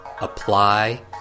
apply